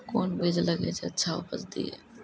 कोंन बीज लगैय जे अच्छा उपज दिये?